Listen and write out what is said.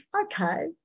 okay